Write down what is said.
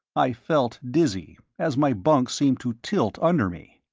i felt dizzy, as my bunk seemed to tilt under me.